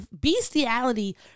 bestiality